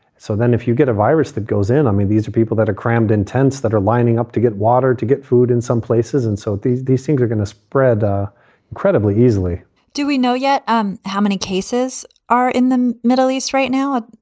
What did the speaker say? so then if you get a virus that goes in. i mean, these are people that are crammed in tents that are lining up to get water, to get food in some places. and so these these things are gonna spread ah incredibly easily do we know yet um how many cases are in the middle east right now?